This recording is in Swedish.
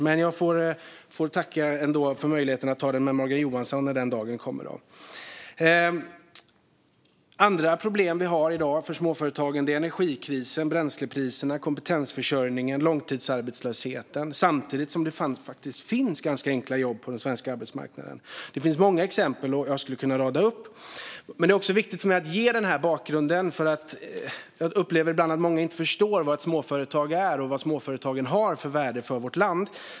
Men jag får ändå tacka för möjligheten att ta den debatten med Morgan Johansson när den dagen kommer. Andra problem som småföretagen har i dag har bland annat med energikrisen att göra, till exempel bränslepriserna. Men det handlar också om kompetensförsörjningen och långtidsarbetslösheten, samtidigt som det faktiskt finns ganska enkla jobb på den svenska arbetsmarknaden. Jag skulle kunna rada upp många exempel. Det är viktigt för mig att ge den här bakgrunden. Ibland upplever jag nämligen att många inte förstår vad ett småföretag är eller småföretagens värde för vårt land.